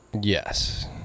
Yes